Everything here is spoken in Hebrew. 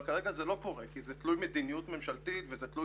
אבל כרגע זה לא קורה כי זה תלוי מדיניות ממשלתית וזה תלוי